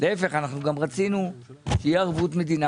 להיפך, אנחנו גם רצינו שתהיה ערבות מדינה.